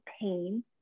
pain